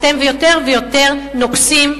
אתם יותר ויותר נוגסים,